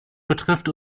betrifft